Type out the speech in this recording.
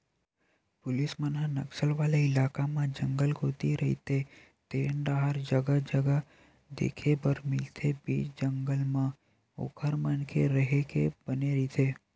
police मन ह नक्सल वाले इलाका म जंगल कोती रहिते तेन डाहर जगा जगा देखे बर मिलथे बीच जंगल म ओखर मन के रेहे के बने रहिथे